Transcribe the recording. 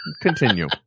continue